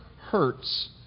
hurts